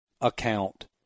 account